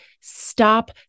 stop